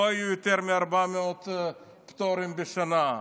לא יהיו יותר מ-400 פטורים בשנה.